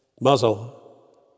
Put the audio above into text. Muzzle